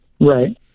Right